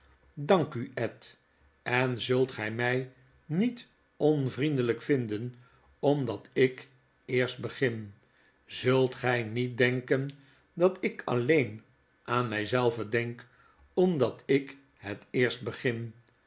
dank u ed en zult gij my niet onvriendeltjk vinden omdat ik eerst begin zult gg niet denken dat ik alleen aan mij zelve denk omdat ik het eerst begin